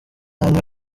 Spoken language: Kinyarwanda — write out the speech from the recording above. amwe